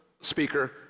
speaker